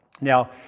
Now